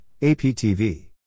APTV